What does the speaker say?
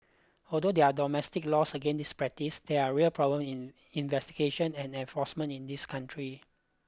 although there are domestic laws against this practice there are real problem in investigation and enforcement in this country